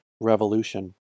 revolution